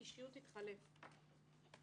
האישיות תתחלף.